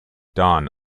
done